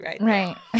right